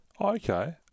Okay